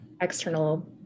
external